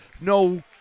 No